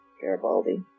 Garibaldi